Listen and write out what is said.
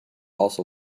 also